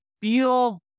feel